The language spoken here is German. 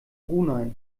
brunei